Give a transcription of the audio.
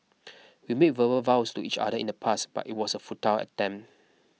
we made verbal vows to each other in the past but it was a futile attempt